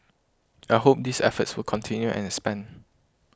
I hope these efforts will continue and expand